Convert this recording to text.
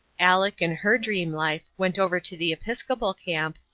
aleck, in her dream life, went over to the episcopal camp,